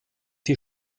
die